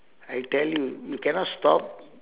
I tell you you cannot stop